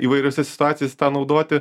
įvairiose situacijos naudoti